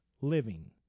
living